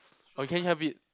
or you can have it